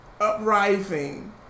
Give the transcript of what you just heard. uprising